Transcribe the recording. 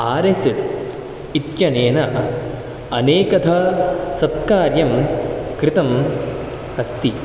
RSS इत्यनेन अनेकधा सत्कार्यं कृतम् अस्ति